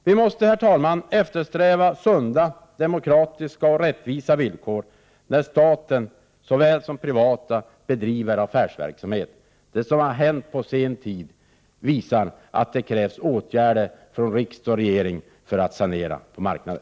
Vi måste, herr talman, eftersträva sunda, demokratiska och rättvisa villkor såväl när staten som när privata bedriver affärsverksamhet. Det som har hänt på senare tid visar att det krävs åtgärder från riksdag och regering för att sanera marknaden.